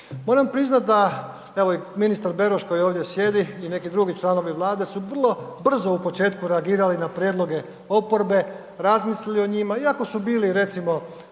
Moram priznat da, evo i ministar Beroš koji ovdje sjedi i neki drugi članovi Vlade su vrlo brzo u početku reagirali na prijedloge oporbe, razmislili o njima iako su bili recimo